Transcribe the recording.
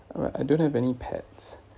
alright I don't have any pets